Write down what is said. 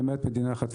למעט מדינה אחת,